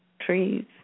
trees